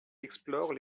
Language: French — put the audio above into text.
explore